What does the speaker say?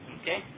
Okay